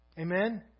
Amen